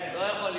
לא יכול להיות.